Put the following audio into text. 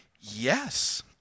yes